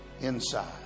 inside